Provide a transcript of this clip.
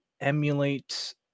emulate